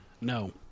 No